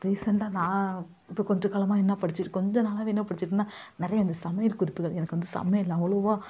ரீசெண்டாக நான் இப்போ கொஞ்சம் காலமாக என்ன படிச்சிருக்கேன் கொஞ்ச நாளாகவே என்ன பிடிச்சிருக்குன்னா நிறைய இந்த சமையல் குறிப்புகள் எனக்கு வந்து சமையல் அவ்வளோவா